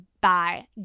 bye